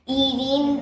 eating